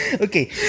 Okay